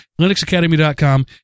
LinuxAcademy.com